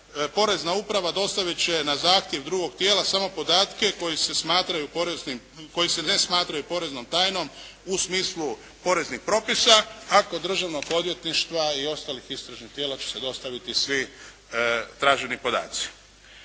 Porezna uprava dostavit će na zahtjev drugog tijela samo podatke koji se ne smatraju poreznom tajnom u smislu poreznih propisa a kod Državnog odvjetništva i ostalih istražnih tijela će se dostaviti svi traženi podaci.